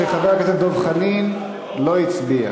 אני מבקש לרשום לפרוטוקול שחבר הכנסת דב חנין לא הצביע.